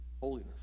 holiness